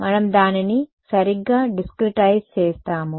మనము దానిని సరిగ్గా డిస్క్రెటైజ్ చేస్తాము